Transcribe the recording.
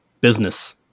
business